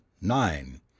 Nine